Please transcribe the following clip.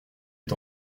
est